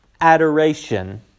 adoration